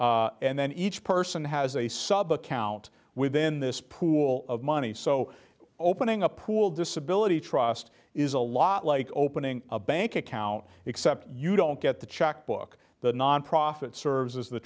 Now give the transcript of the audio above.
managed and then each person has a sub account within this pool of money so opening a pool disability trust is a lot like opening a bank account except you don't get the check book the nonprofit serves as the